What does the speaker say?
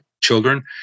children